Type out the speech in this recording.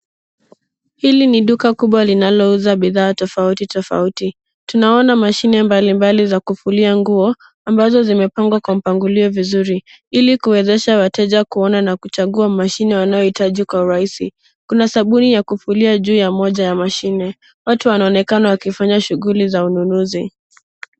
Hili ni duka kubwa linalouza bidhaa tofauti tofauti. Tunaona mashine mbali mbali za kufulia nguo ambazo zimepangwa kwa mpangilio vizuri ili kuwezesha wateja kuona na kuchangua mashine wanayoitaji kwa urahisi. Kuna sabuni ya kufulia juu ya moja ya mashine. Watu wanaonekana wakifanya shughuli za ununuzi.